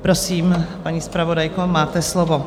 Prosím, paní zpravodajko, máte slovo.